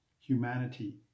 humanity